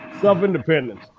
self-independence